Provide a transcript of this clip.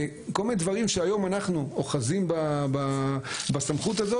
כל מיני דברים שהיום אנחנו אוחזים בסמכות הזאת,